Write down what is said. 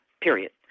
period